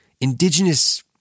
indigenous